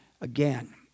again